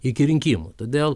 iki rinkimų todėl